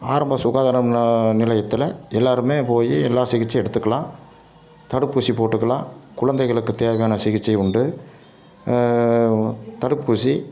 ஆரம்ப சுகாதாரம் நா நிலையத்தில் எல்லோருமே போய் எல்லா சிகிச்சையும் எடுத்துக்கலாம் தடுப்பூசி போட்டுக்கலாம் குழந்தைகளுக்கு தேவையான சிகிச்சை உண்டு தடுப்பூசி